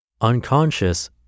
unconscious